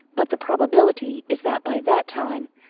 but the probability is that by that time,